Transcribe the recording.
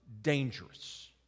dangerous